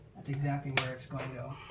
that's exactly where it's going to go.